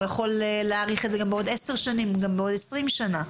הוא יכול להאריך את זה גם בעוד 10 שנים וגם בעוד 20 שנים.